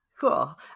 Cool